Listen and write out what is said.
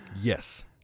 Yes